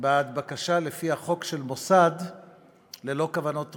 בעד בקשה לפי החוק של מוסד ללא כוונות רווח,